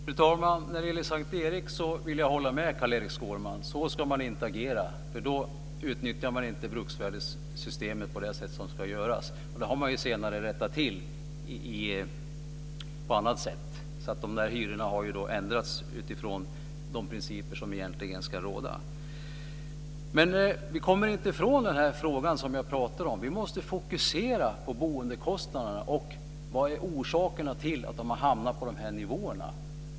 Fru talman! När det gäller S:t Erik vill jag hålla med Carl-Erik Skårman. Så ska man inte agera, för då utnyttjar man inte bruksvärdessystemet på det sätt man ska göra. Detta har man också senare rättat till på annat sätt. Dessa hyror har nu ändrats utifrån de principer som egentligen ska råda. Men vi kommer inte ifrån den fråga som jag pratade om. Vi måste fokusera på boendekostnaderna och vilka orsakerna är till att de har hamnat på de här nivåerna.